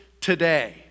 today